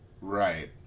Right